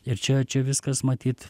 ir čia čia viskas matyt